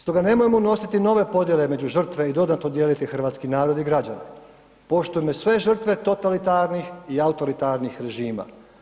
Stoga nemojmo unositi nove podjele među žrtve i dodatno dijeliti hrvatski narod i građane, poštujmo sve žrtve totalitarnih i autoritarnih režima.